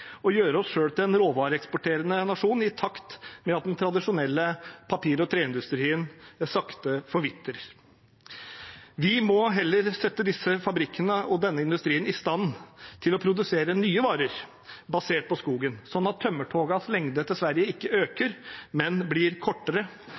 og gjøre oss selv til en råvareeksporterende nasjon i takt med at den tradisjonelle papir- og treindustrien sakte forvitrer. Vi må heller sette disse fabrikkene og denne industrien i stand til å produsere nye varer basert på skogen, sånn at tømmertogene til Sverige ikke